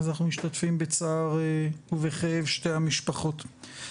אנחנו משתתפים בצער ובכאב שתי המשפחות.